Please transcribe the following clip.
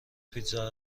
پیتزا